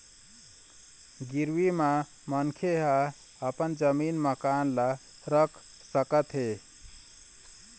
गिरवी म मनखे ह अपन जमीन, मकान ल रख सकत हे